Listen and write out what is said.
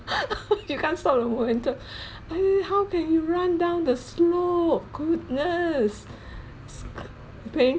you can't stop the momentum how can you run down the slope goodness sk~ painful